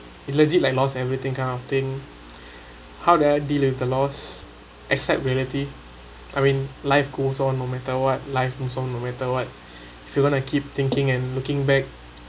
it legit like lost everything kind of thing how did I deal with the loss accept reality I mean life goes on no matter what life goes on no matter what if you want to keep thinking and looking back